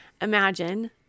imagine